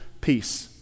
peace